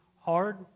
hard